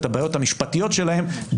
שלושה משפטים אחרונים.